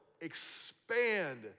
expand